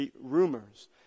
rumors